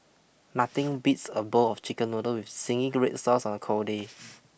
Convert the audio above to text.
nothing beats a bowl of chicken noodles with zingy red sauce on a cold day